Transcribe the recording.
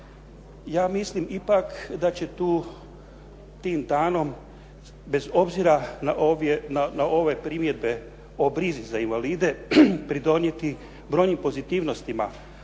Ja mislim ipak da će tu tim danom bez obzira na ove primjedbe o brizi za invalide pridonijeti brojnim pozitivnostima